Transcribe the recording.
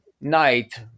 night